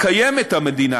המדינה